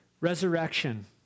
Resurrection